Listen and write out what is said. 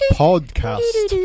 podcast